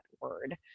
word